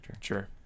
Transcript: Sure